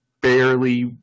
barely